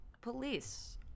police